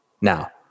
Now